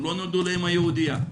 הם לא נולדו לאימא יהודייה.